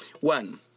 One